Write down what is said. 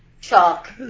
chalk